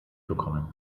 bekommen